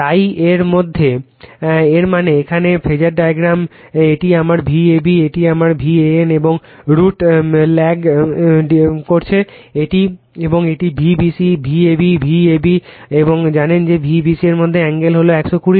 তাই এর মানে এর মানে এখানে ফেজার ডায়াগ্রামে এটি আমার Vab এটি আমার VAN এবং √ ল্যাগস এবং এটি V bc V ab এবং Vab এবং জানেন যে V bc এর মধ্যের অ্যাঙ্গেল হলো 120o